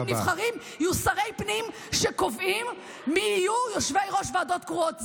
נבחרים יהיו שרי פנים שקובעים מי יהיו יושבי-ראש ועדות קרואות.